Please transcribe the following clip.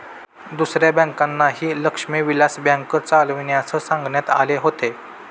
दुसऱ्या बँकांनाही लक्ष्मी विलास बँक चालविण्यास सांगण्यात आले होते